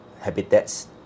habitats